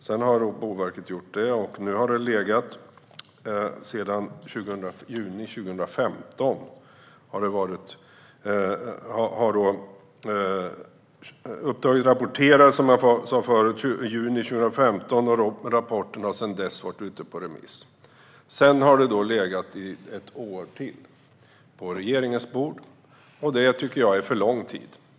Sedan har Boverket arbetat med detta, och som jag sa tidigare rapporterades uppdraget i juni 2015. Rapporten har därefter varit ute på remiss, och sedan har detta legat på regeringens bord i ett år till. Det tycker jag är för lång tid.